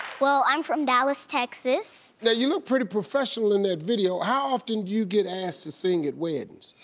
well, i'm from dallas, texas. now, you look pretty professional in that video. how often do you get asked to sing at weddings?